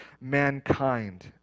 mankind